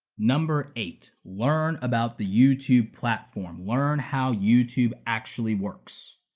number eight, learn about the youtube platform. learn how youtube actually works.